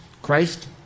Christ